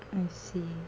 I see